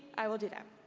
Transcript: i will do that.